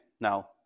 Now